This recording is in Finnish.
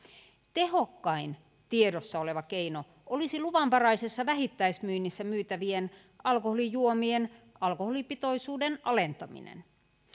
tehokkain tiedossa oleva keino olisi luvanvaraisessa vähittäismyynnissä myytävien alkoholijuomien alkoholipitoisuuden alentaminen